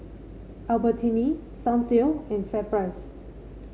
Albertini Soundteoh and FairPrice